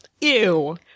Ew